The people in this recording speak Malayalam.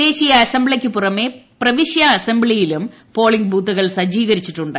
ദേശീയ അസംബ്ലിക്കു പുറമെ പ്രവിശ്യാ അസംബ്ലിയിലും പോളിംഗ് ബൂത്തുകൾ സജ്ജീകരിച്ചിട്ടുണ്ട്